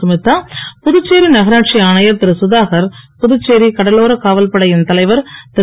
கமிதா புதுச்சேசி நகராட்சி ஆணையர் திருகதாகர் புதுச்சேரி கடலோர காவல்படையின் தலைவர் திரு